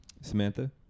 Samantha